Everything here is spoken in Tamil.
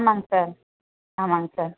ஆமாங்க சார் ஆமாங்க சார்